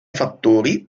fattori